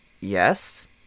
Yes